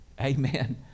Amen